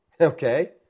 Okay